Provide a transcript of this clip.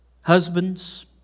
husbands